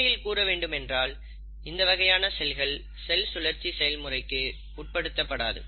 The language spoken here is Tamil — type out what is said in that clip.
உண்மையில் கூற வேண்டும் என்றால் இந்த வகையான செல்கள் செல் சுழற்சி செயல்முறைக்கு உட்படுத்தப்படாது